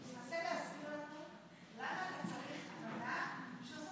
גדעון, תנסה להסביר לנו למה אתה צריך אמנה בשביל